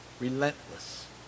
relentless